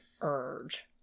urge